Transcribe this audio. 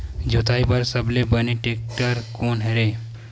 जोताई बर सबले बने टेक्टर कोन हरे?